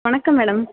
வணக்கம் மேடம்